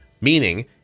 meaning